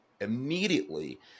immediately